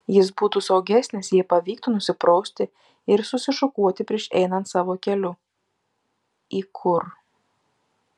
jis būtų saugesnis jei pavyktų nusiprausti ir susišukuoti prieš einant savo keliu į kur